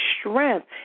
strength